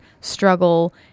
struggle